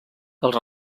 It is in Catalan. els